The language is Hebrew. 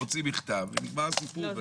מוציא מכתב ונגמר הסיפור.